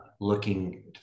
looking